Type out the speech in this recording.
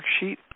worksheet